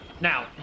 now